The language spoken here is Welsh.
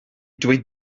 dweud